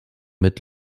mit